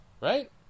right